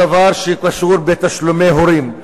הדבר שקשור בתשלומי הורים.